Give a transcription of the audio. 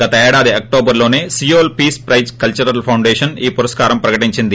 గతేడాది అక్షోబర్లోనే Seoul peace prize cultural foundation ఈ పురస్కారం ప్రకటించింది